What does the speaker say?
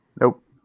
Nope